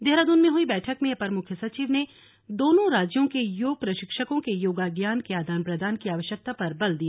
देहरादून में हुई बैठक में अपर मुख्य सचिव ने दोनों राज्यों के योग प्रशिक्षकों के योगा ज्ञान के आदान प्रदान की आवश्यकता पर बल दिया